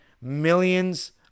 millions